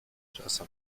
czasem